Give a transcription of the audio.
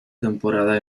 temporada